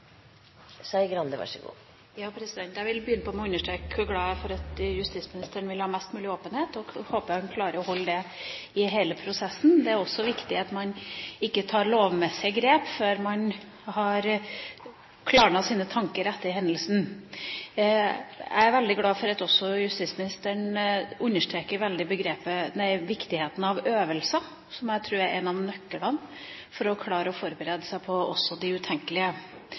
for at justisministeren vil ha mest mulig åpenhet, og jeg håper han klarer å holde på det i hele prosessen. Det er også viktig at man ikke tar lovmessige grep før man har klarnet tankene etter hendelsen. Jeg er også veldig glad for at justisministeren understreker viktigheten av øvelser, som jeg tror er en nøkkel for å klare å forberede seg på også det utenkelige.